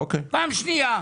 פעם שנייה.